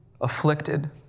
Afflicted